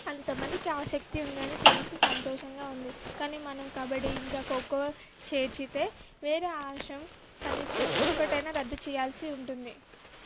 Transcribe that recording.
అంతమందికి ఆసక్తి ఉందని తెలిసి సంతోషంగా ఉంది కానీ మనం కబడ్డీ ఇంకా ఖోఖో చేర్చితే వేరే అంశం కనీసం ఒక్కటైనా రద్దు చెయ్యాల్సి ఉంటుంది